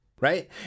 Right